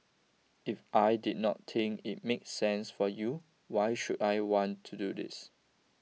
if I did not think it make sense for you why should I want to do this